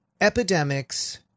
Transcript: Epidemics